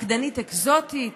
"רקדנית אקזוטית",